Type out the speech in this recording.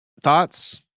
Thoughts